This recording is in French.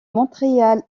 montréal